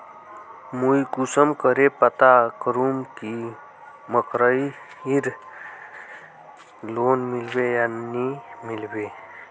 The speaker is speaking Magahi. मुई कुंसम करे पता करूम की मकईर लोन मिलबे या नी मिलबे?